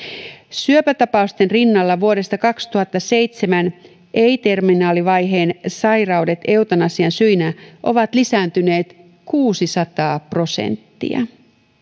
syöpätapausten rinnalla vuodesta kaksituhattaseitsemän ei terminaalivaiheen sairaudet eutanasian syinä ovat lisääntyneet kuusisataa prosenttia